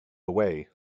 away